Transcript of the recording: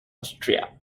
austria